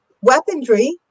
weaponry